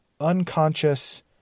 unconscious